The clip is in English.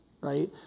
right